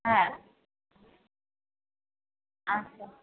হ্যাঁ আচ্ছা